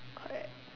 correct